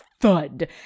thud